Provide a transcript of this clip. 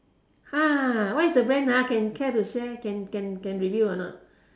ah what is the brand ah can care to share can can can reveal or not